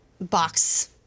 box